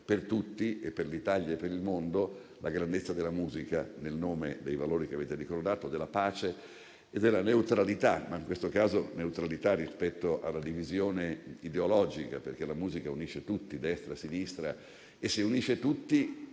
per tutti, per l'Italia e per il mondo, la grandezza della musica, nel nome dei valori che avete ricordato, della pace e della neutralità, in questo caso rispetto alla divisione ideologica, perché la musica unisce tutti, destra e sinistra. Se unisce tutti,